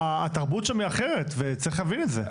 התרבות שם היא אחרת וצריך להבין את זה.